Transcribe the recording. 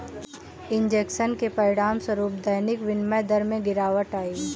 injection के परिणामस्वरूप दैनिक विनिमय दर में गिरावट आई